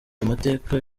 amateka